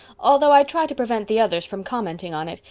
although i try to prevent the others from commenting on it.